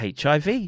HIV